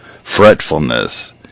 Fretfulness